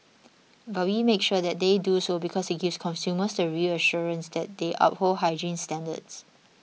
but we make sure that they do so because it gives consumers the reassurance that they uphold hygiene standards